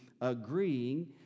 agreeing